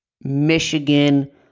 Michigan